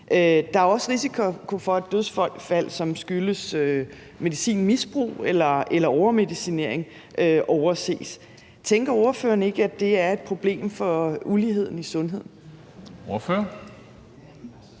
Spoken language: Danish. Der er også risiko for, at dødsfald, som skyldes medicinmisbrug eller overmedicinering, overses. Tænker ordføreren ikke, at det er et problem i forhold til uligheden i sundhed? Kl.